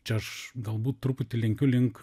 čia aš galbūt truputį lenkiu link